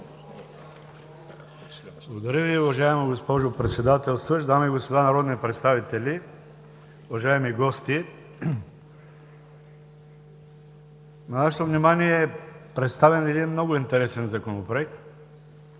Благодаря Ви, уважаема госпожо Председателстваща. Дами и господа народни представители, уважаеми гости, на Вашето внимание ние представяме един много интересен Законопроект.